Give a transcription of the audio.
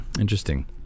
interesting